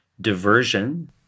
Diversion